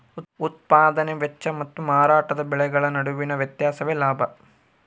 ಉತ್ಪದಾನೆ ವೆಚ್ಚ ಮತ್ತು ಮಾರಾಟದ ಬೆಲೆಗಳ ನಡುವಿನ ವ್ಯತ್ಯಾಸವೇ ಲಾಭ